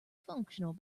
functional